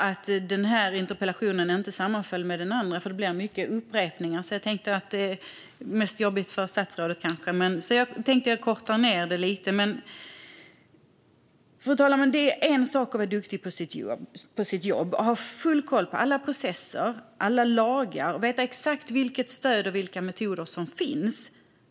att den här interpellationsdebatten inte sammanföll med den tidigare debatten. Det blir mycket upprepningar. Det är kanske mest jobbigt för statsrådet. Jag tänker korta ned mitt inlägg lite. Fru talman! Det är en sak att vara duktig på sitt jobb och ha full koll på alla processer, lagar, och veta exakt vilka olika stöd och metoder som finns.